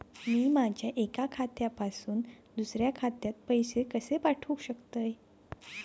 मी माझ्या एक्या खात्यासून दुसऱ्या खात्यात पैसे कशे पाठउक शकतय?